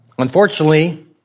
Unfortunately